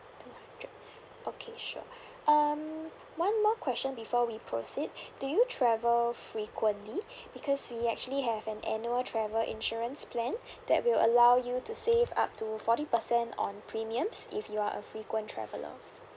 two hundred okay sure um one more question before we proceed do you travel frequently because we actually have an annual travel insurance plan that will allow you to save up to forty percent on premiums if you are a frequent traveller